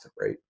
right